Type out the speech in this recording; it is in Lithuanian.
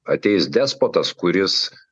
ateis despotas kuris